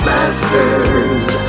Masters